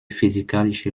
physikalische